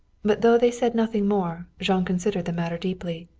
but though they said nothing more, jean considered the matter deeply.